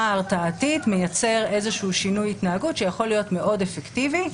ההרתעתית מייצר איזה שהוא שינוי התנהגות שיכול להיות מאוד אפקטיבי.